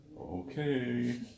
okay